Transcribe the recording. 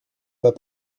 pas